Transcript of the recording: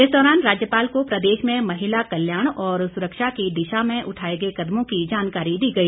इस दौरान राज्यपाल को प्रदेश में महिला कल्याण और सुरक्षा की दिशा में उठाए गए कदमों की जानकारी दी गई